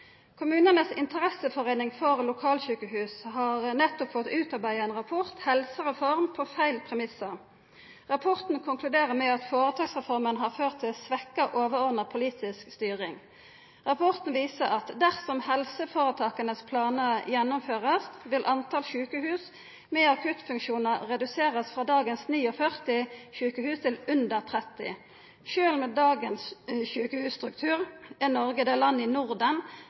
interesseforeining for lokalsjukehus har nettopp fått utarbeidd ein rapport: «Helsereformer på feil premisser». Rapporten konkluderer med at foretaksreformen har ført til svekt overordna politisk styring. Rapporten viser at dersom helseforetaka sine planar vert gjennomførte, vil talet på sjukehus med akuttfunksjonar verta redusert frå dagens 49 sjukehus til under 30. Sjølv med dagens sjukehusstruktur er Noreg det landet i Norden